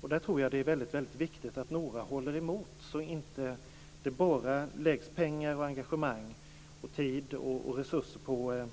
Det är väldigt viktigt att några håller emot, så att det inte bara läggs pengar, engagemang, tid och resurser på